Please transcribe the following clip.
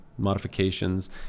Modifications